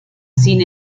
sin